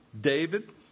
David